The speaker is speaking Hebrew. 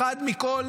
אחד מכל